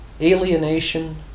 alienation